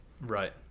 Right